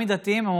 עתודאי שעבד, הינה,